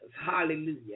Hallelujah